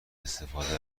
استفاده